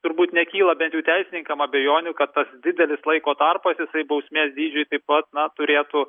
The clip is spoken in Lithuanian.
turbūt nekyla bent jau teisininkam abejonių kad tas didelis laiko tarpas jisai bausmės dydžiui taip pat na turėtų